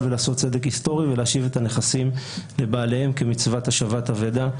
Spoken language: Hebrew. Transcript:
ולעשות צדק היסטורי ולהשיב את הנכסים לבעליהם כמצוות השבת אבידה,